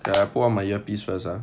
K I put on my earpiece first ah